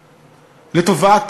אריה, דבר.